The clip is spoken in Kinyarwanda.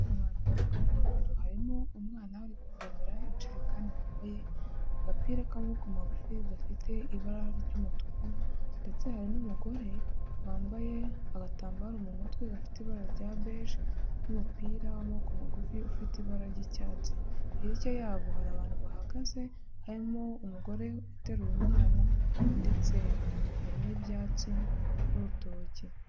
Abantu bari kw'ivomero harimo umwana ari kuvomera injerekani wambaye agapira k'amaboko magufi gafite ibara ry'umutuku ndetse hari n'umugore wambaye agatambaro mu mutwe gafite ibara rya beje n'umupira w'amaboko magufi ufite ibara ry'icyatsi, hirya yabo hari abantu bahagaze harimo umugore uteruye umwana ndetse hari n'ibyatsi n'urutoki.